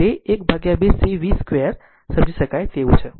તે 12 c v 2 સમજી શકાય તેવું છે